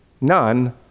none